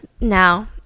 Now